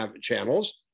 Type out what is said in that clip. channels